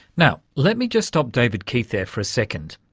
now, let me just stop david keith there for a second,